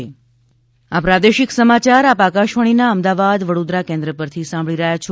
corona સંદેશ આ પ્રાદેશિક સમાચાર આપ આકશવાણીના અમદાવાદ વડોદરા કેન્દ્ર પરથી સાંભળી રહ્યા છે